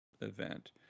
Event